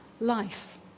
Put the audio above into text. life